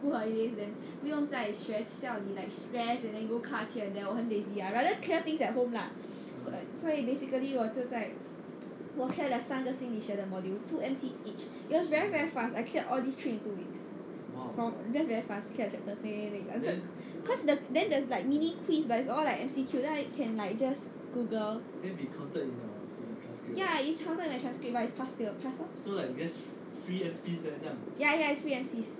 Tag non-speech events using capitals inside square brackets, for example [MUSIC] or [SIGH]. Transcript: school holidays then 不用在学校里 like stress and then go ka qian there 我很 lazy I rather clear things at home lah 所以 basically 我就在我 clear 了三个心理学的 module two M_Cs each it was very very fast I cleared all these three in two weeks from just very fast clear the chapters [NOISE] cause the then there's mini quiz but is all like M_C_Q then I can like just google ya is counted in my transcript but is pass fail I pass lor ya ya is free M_Cs